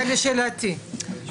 זה לשאלתי.